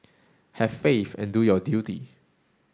have faith and do your duty